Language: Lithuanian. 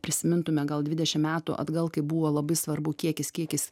prisimintume gal dvidešim metų atgal kai buvo labai svarbu kiekis kiekis